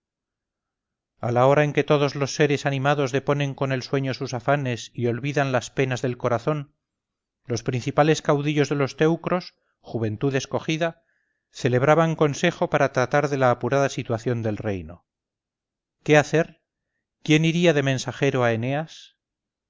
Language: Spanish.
a la hora en que todos los seres animados deponen con el sueño sus afanes y olvidan las penas del corazón los principales caudillos de los teucros juventud escogida celebraban consejo para tratar de la apurada situación del reino qué hacer quién iría de mensajero a eneas